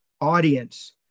audience